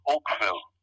Oakville